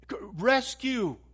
Rescue